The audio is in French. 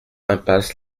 impasse